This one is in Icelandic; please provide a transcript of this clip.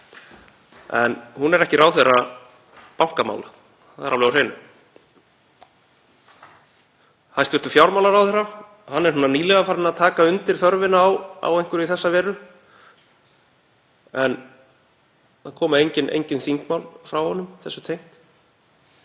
En hún er ekki ráðherra bankamála, það er alveg á hreinu. Hæstv. fjármálaráðherra er nýlega farinn að taka undir þörfina á einhverju í þessa veru en það koma engin þingmál frá honum þessu tengd